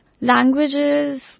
Languages